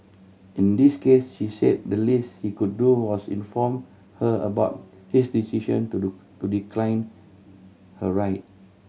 in this case she said the least he could do was inform her about his decision to do to decline her ride